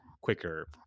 quicker